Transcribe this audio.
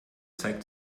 zeigt